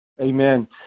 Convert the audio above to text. Amen